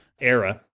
era